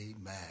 amen